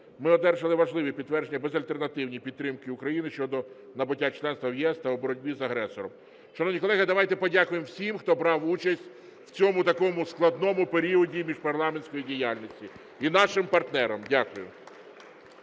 Ми одержали важливі підтвердження безальтернативної підтримки України щодо набуття членства в ЄС та у боротьбі з агресором. Шановні колеги, давайте подякуємо всім, хто брав участь в цьому такому складному періоді міжпарламентської діяльності, і нашим партнерам. Дякую.